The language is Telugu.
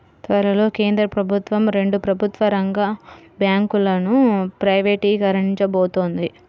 త్వరలో కేంద్ర ప్రభుత్వం రెండు ప్రభుత్వ రంగ బ్యాంకులను ప్రైవేటీకరించబోతోంది